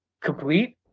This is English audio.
complete